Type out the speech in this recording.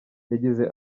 yagize